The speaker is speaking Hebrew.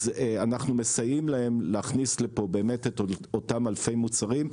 אז אנחנו מסייעים להם להכניס לפה באמת את אותם אלפי מוצרים,